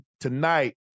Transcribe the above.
Tonight